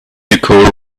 nicole